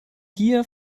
hier